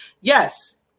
yes